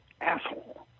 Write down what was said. asshole